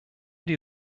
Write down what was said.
die